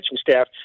staff